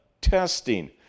testing